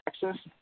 Texas